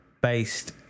based